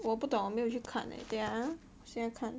我不懂我没有去看 leh 等一下 ah 我现在看